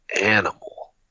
animal